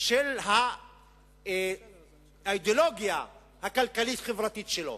של האידיאולוגיה הכלכלית-חברתית שלו.